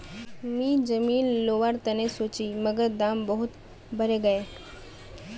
मी जमीन लोवर तने सोचौई मगर दाम बहुत बरेगये